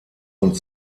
und